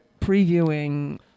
previewing